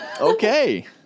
Okay